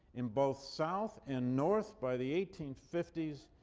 in both south and north by the eighteen fifty s,